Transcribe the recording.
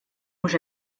mhux